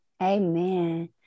Amen